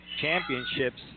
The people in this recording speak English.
Championships